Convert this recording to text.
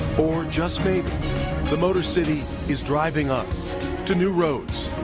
or just maybe the motor city is driving us to new roads,